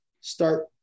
start